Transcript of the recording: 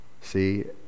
See